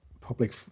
Public